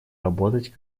работать